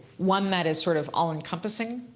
one that is sort of all-encompassing,